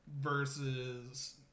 versus